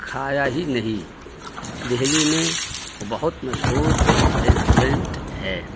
کھایا ہی نہیں دہلی میں بہت مشہور ریسٹورینٹ ہے